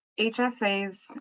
HSAs